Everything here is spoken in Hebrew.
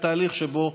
שבהם היה תהליך שבו,